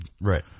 right